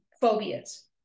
phobias